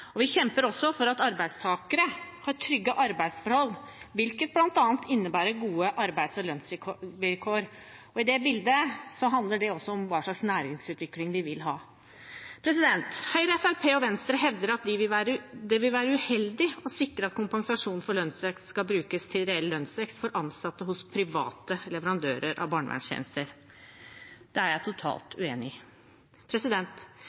derfor vi har det synet vi har. Vi kjemper også for at arbeidstakere skal ha trygge arbeidsforhold, hvilket bl.a. innebærer gode arbeids- og lønnsvilkår. Det bildet handler også om hva slags næringsutvikling vi vil ha. Høyre, Fremskrittspartiet og Venstre hevder det vil være uheldig å sikre at kompensasjon for lønnsvekst skal brukes til reell lønnsvekst for ansatte hos private leverandører av barnevernstjenester. Det er jeg totalt